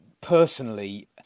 personally